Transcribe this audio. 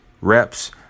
reps